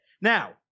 Now